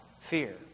fear